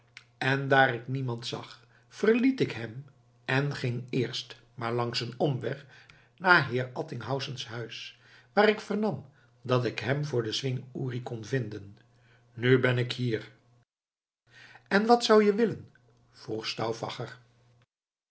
en daar ik niemand zag verliet ik hem en ging eerst maar langs een omweg naar heer attinghausens huis waar ik vernam dat ik hem voor den zwing uri kon vinden nu ben ik hier en wat zou je willen vroeg